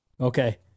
Okay